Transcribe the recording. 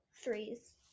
threes